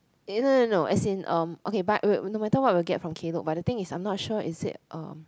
no no no as in um okay but wait no matter what we will get from Klook but the thing is I'm not sure is it um